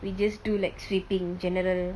we just do like sweeping general